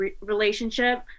relationship